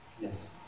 Yes